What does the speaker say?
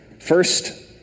First